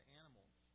animals